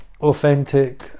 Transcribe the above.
authentic